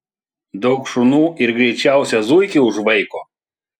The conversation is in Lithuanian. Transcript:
daug šunų ir greičiausią zuikį užvaiko